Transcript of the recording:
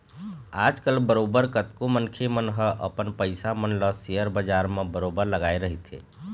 आजकल बरोबर कतको मनखे मन ह अपन पइसा मन ल सेयर बजार म बरोबर लगाए रहिथे